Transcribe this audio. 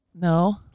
No